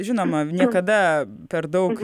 žinoma niekada per daug